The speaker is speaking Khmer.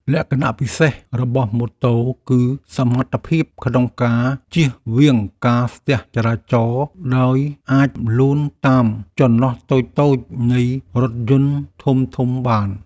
លក្ខណៈពិសេសរបស់ម៉ូតូគឺសមត្ថភាពក្នុងការជៀសវាងការស្ទះចរាចរណ៍ដោយអាចលូនតាមចន្លោះតូចៗនៃរថយន្តធំៗបាន។